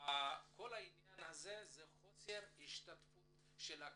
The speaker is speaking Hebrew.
בכל העניין הזה הוא מחוסר השתתפות של הקהילה.